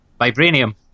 Vibranium